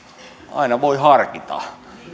aina voi harkita